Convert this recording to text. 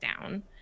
down